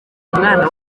umwana